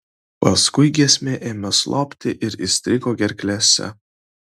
paskui giesmė ėmė slopti ir įstrigo gerklėse